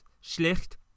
Schlecht